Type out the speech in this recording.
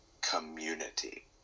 community